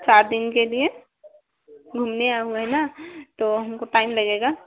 सात दिन के लिए घूमने आए हुए हैं ना तो हमको टाइम लगेगा